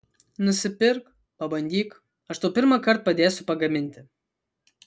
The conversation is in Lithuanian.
nusipirk pabandyk aš tau pirmąkart padėsiu pagaminti